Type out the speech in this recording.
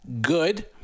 good